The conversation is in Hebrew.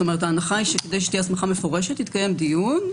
ההנחה היא שכדי שתהיה הסמכה מפורשת יתקיים דיון.